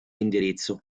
indirizzo